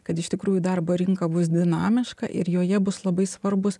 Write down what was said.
kad iš tikrųjų darbo rinka bus dinamiška ir joje bus labai svarbūs